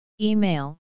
Email